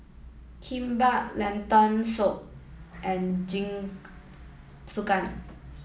Kimbap Lentil soup and Jingisukan